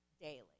daily